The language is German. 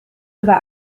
über